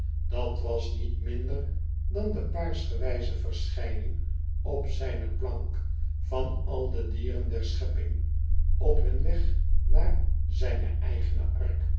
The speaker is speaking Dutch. dat was niet minder dan de paarsgewqze verschijning op zijne plank van al de dieren der schepping op hun weg naar zijne eigene